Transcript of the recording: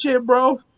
bro